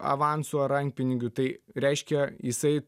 avansų ar rankpinigių tai reiškia jisai